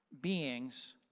beings